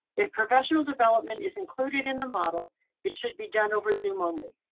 if professional development is included in the model it should be done over zoom only.